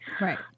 Right